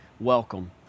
Welcome